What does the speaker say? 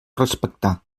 respectar